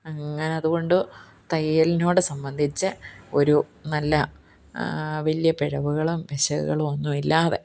അങ്ങനെ അതുകൊണ്ട് തയ്യലിനോട് സംബന്ധിച്ച് ഒരു നല്ല വലിയ പിഴവുകളും പിശകുകളും ഒന്നും ഇല്ലാതെ